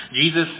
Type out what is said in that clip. Jesus